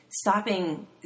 stopping